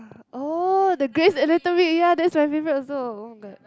oh the Grey's Anatomy ya that's my favourite also but